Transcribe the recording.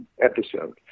episode